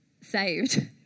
saved